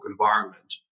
environment